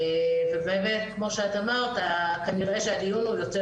ובאמת כמו שאת אמרת כנראה שהדיון הוא יותר